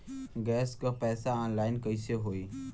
Gas क पैसा online कइसे होई?